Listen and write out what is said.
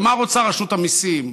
ומה רוצה רשות המיסים,